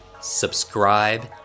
subscribe